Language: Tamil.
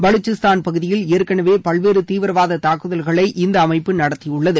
பலுசிஸ்தான் பகுதியில் ஏற்கனவே பல்வேறு தீவிரவாத தாக்குதல்களை இந்த அமைப்பு நடத்தியுள்ளது